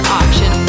option